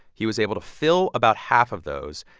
he was able to fill about half of those.